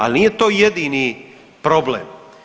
Ali nije to jedini problem.